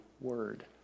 word